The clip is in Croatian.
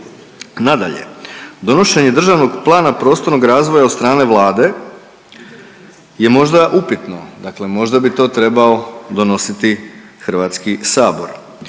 Nadalje, donošenje državnog plana prostornog razvoja od strane Vlade je možda upitno, dakle možda bi to trebao donositi HS.